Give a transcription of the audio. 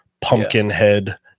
Pumpkinhead